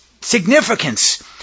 significance